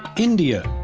india,